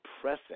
pressing